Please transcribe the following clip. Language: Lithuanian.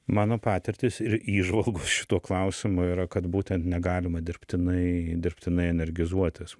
mano patirtys ir įžvalgos šituo klausimu yra kad būtent negalima dirbtinai dirbtinai energizuotis